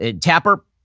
Tapper